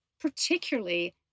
particularly